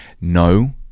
No